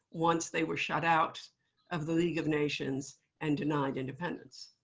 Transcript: once they were shut out of the league of nations and denied independence.